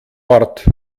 ort